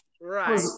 Right